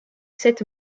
sept